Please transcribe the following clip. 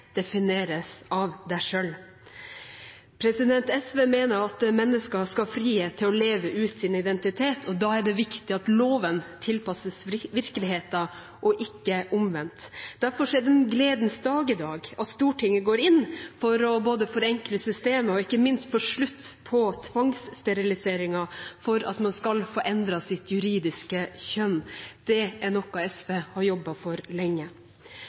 defineres av en selv. SV mener at mennesker skal ha frihet til å leve ut sin identitet, og da er det viktig at loven tilpasses virkeligheten, og ikke omvendt. Derfor er det en gledens dag i dag, for Stortinget går inn for både å forenkle systemet og ikke minst å få slutt på tvangssteriliseringen for at man skal få endret sitt juridiske kjønn. Det er noe SV har jobbet for lenge.